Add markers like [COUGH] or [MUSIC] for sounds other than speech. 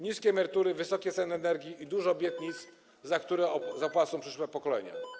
Niskie emerytury, wysokie ceny energii i dużo obietnic, [NOISE] za które zapłacą przyszłe pokolenia.